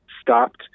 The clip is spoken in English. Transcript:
stopped